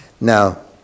now